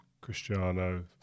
Cristiano